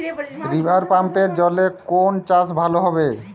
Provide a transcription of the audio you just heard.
রিভারপাম্পের জলে কোন চাষ ভালো হবে?